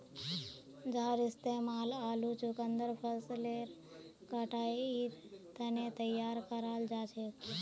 जहार इस्तेमाल आलू चुकंदर फसलेर कटाईर तने तैयार कराल जाछेक